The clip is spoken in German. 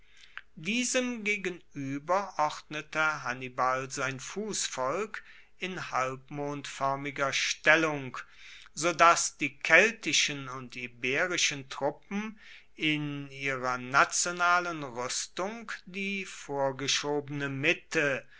diesem gegenueber ordnete hannibal sein fussvolk in halbmondfoermiger stellung so dass die keltischen und iberischen truppen in ihrer nationalen ruestung die vorgeschobene mitte